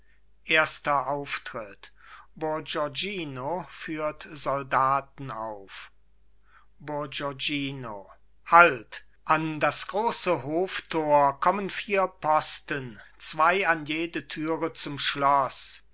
erster auftritt bourgognino führt soldaten auf bourgognino halt an das große hoftor kommen vier posten zwei an jede türe zum schloß